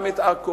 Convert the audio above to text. גם את עכו,